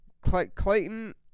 Clayton